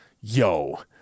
Yo